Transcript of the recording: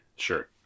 Sure